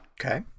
Okay